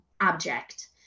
object